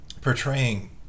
portraying